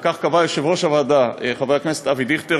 וכך קבע יושב-ראש הוועדה חבר הכנסת אבי דיכטר,